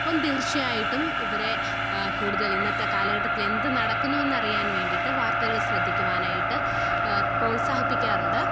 അപ്പം തീർച്ചയായിട്ടും ഇവരെ കൂടുതൽ ഇന്നത്തെ കാലഘട്ടത്തിൽ എന്ത് നടക്കുന്നു എന്നറിയാൻ വേണ്ടിയിട്ട് വാർത്തകൾ ശ്രദ്ധിക്കുവാനായിട്ട് പ്രോത്സാഹിപ്പിക്കാറുണ്ട്